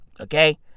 Okay